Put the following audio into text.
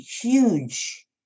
huge